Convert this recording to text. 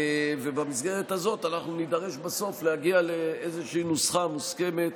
ובמסגרת הזאת אנחנו נידרש בסוף להגיע לאיזושהי נוסחה מוסכמת